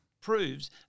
proves